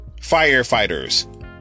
Firefighters